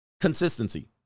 Consistency